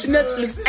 Netflix